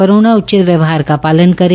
corona उचित व्यवहार का पालन करें